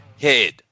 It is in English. head